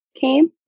came